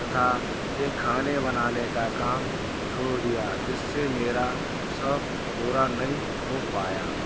तथा यह खाने बनाने का काम छोड़ दिया जिससे मेरा शौक़ पूरा नहीं हो पाया